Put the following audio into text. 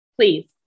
please